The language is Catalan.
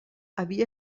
havia